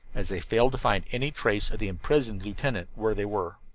as they failed to find any trace of the imprisoned lieutenant where they were.